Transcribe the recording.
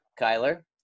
Kyler